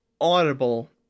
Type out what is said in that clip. audible